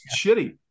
shitty